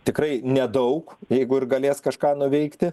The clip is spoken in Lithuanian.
tikrai nedaug jeigu ir galės kažką nuveikti